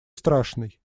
страшный